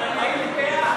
הייתי בעד.